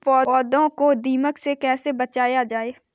पौधों को दीमक से कैसे बचाया जाय?